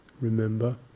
remember